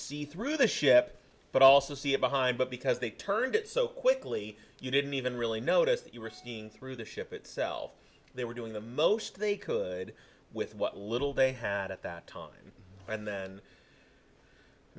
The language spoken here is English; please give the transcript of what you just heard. see through the ship but also see it behind but because they turned it so quickly you didn't even really notice that you were seen through the ship itself they were doing the most they could with what little they had at that time and then i